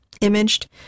imaged